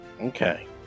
Okay